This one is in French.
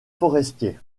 forestier